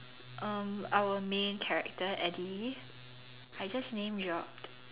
um our main character Eddy I just name dropped